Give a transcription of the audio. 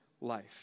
life